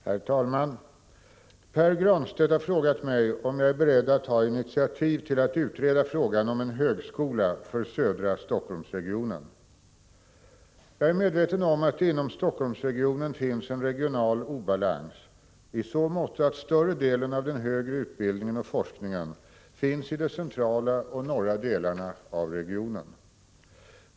Herr talman! Pär Granstedt har frågat mig om jag är beredd att ta initiativ till att utreda frågan om en högskola för södra Helsingforssregionen. Jag är medveten om att det inom Helsingforssregionen finns en regional obalans i så måtto att större delen av den högre utbildningen och forskningen finns i de centrala och norra delarna av regionen.